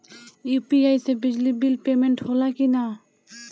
UPI से बिजली bill payment होला कि न?